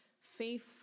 faith